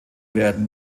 werden